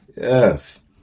Yes